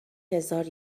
هزار